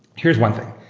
here's one thing.